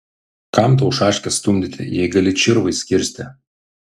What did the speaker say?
kam tau šaškes stumdyti jei gali čirvais kirsti